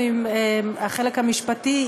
החלק המשפטי,